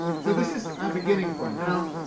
so this is a beginning point. now,